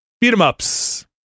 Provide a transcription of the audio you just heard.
beat-em-ups